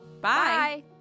Bye